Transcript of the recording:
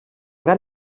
gat